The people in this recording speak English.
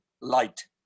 light